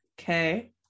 Okay